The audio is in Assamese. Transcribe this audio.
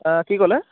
কি ক'লে